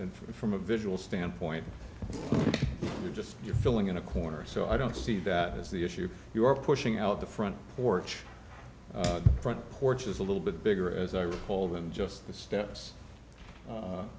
it from a visual standpoint just you're filling in a corner so i don't see that is the issue you are pushing out the front porch front porch is a little bit bigger as i recall than just the steps